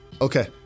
Okay